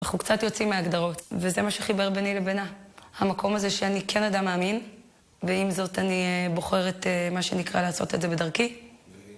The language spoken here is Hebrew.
אנחנו קצת יוצאים מההגדרות, וזה מה שחיבר בני לבינה. המקום הזה שאני כן אדם מאמין, ואם זאת אני בוחרת מה שנקרא לעשות את זה בדרכי.